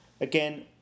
Again